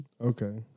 Okay